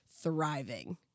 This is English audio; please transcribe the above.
thriving